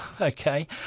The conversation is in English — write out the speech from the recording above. okay